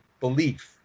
belief